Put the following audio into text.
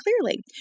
clearly